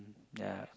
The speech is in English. ya